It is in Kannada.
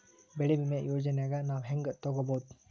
ಬೆಳಿ ವಿಮೆ ಯೋಜನೆನ ನಾವ್ ಹೆಂಗ್ ತೊಗೊಬೋದ್?